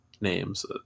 names